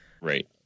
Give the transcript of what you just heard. Right